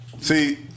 see